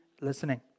listening